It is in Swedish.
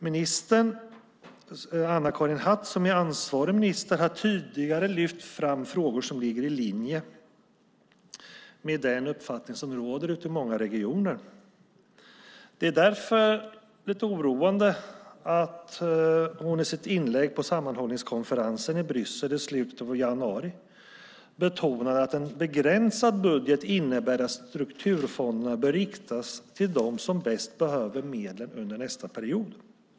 Anna-Karin Hatt, som är ansvarig minister, har tidigare lyft fram frågor som ligger i linje med den uppfattning som råder ute i många regioner. Det är därför lite oroande att hon i sitt inlägg på sammanhållningskonferensen i Bryssel i slutet av januari betonar att en begränsad budget innebär att strukturfonderna bör riktas till dem som bäst behöver medlen under nästa period.